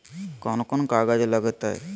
कौन कौन कागज लग तय?